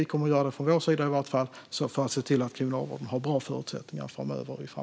Vi kommer i varje fall att göra det från vår sida för att se till att Kriminalvården har bra förutsättningar framöver.